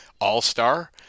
all-star